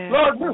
Lord